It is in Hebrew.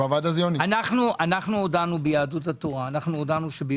הודענו ביהדות התורה שמחר,